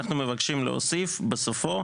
אנחנו מבקשים להוסיף בסופו